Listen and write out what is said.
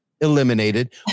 eliminated